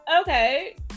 okay